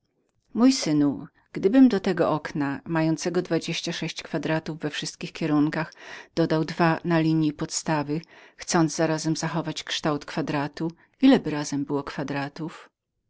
mój synu gdybym do tego okna mającego dwadzieścia sześć kwadratów we wszystkich kierunkach dodał dwa na dole chcąc zarazem zachować kształt kwadratu ileby razem było kwadratów